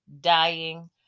Dying